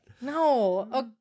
no